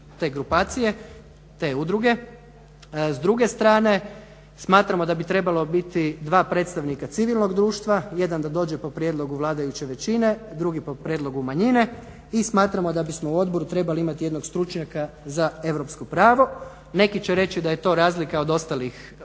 te grupacije, te udruge. S druge strane, smatramo da bi trebala biti dva predstavnika civilnog društva. Jedan da dođe po prijedlog u vladajuće većine, drugi po prijedlogu manjine. I smatramo da bismo u odboru trebali imati jednog stručnjaka za europsko pravo. Neki će reći da je to razlika od ostalih odbora.